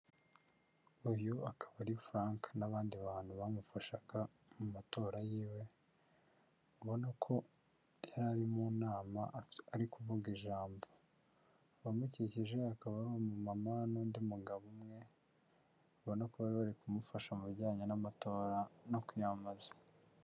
Uyu akaba ari Frank n'abandi bantu bamufashaga mu matora yiwe, ubona ko yari ari mu nama ari kuvuga ijambo, abamukikije akaba ari umumama n'undi mugabo umwe, ubona ko bari bari kumufasha mu bijyanye n'amatora no kwiyamamaza.